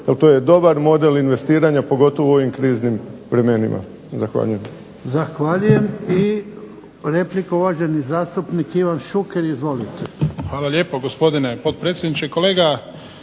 to je dobar model investiranja pogotovo u ovim kriznim vremenima. Zahvaljujem.